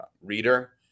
reader